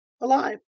alive